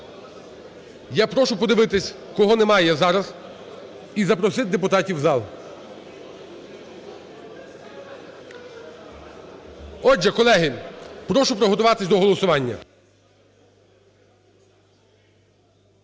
Я прошу подивитись, кого немає зараз, і запросити депутатів у зал. Отже, колеги, прошу приготуватись до голосування.